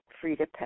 Frida